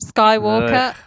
Skywalker